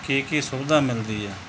ਕੀ ਕੀ ਸੁਵਿਧਾ ਮਿਲਦੀ ਹੈ